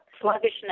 sluggishness